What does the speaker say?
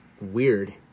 weird